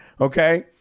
okay